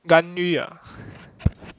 ganyu ah